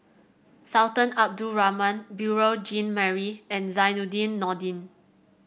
Sultan Abdul Rahman Beurel Jean Marie and Zainudin Nordin